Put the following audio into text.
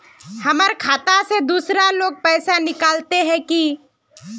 हमर खाता से दूसरा लोग पैसा निकलते है की?